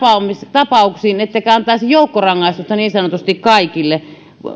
tapauksiin ettekä antaisi joukkorangaistusta niin sanotusti kaikille